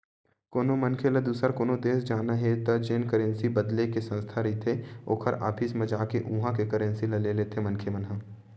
कोनो मनखे ल दुसर कोनो देस जाना हे त जेन करेंसी बदले के संस्था रहिथे ओखर ऑफिस म जाके उहाँ के करेंसी ल ले लेथे मनखे मन ह